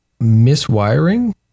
miswiring